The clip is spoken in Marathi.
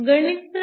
गणित क्र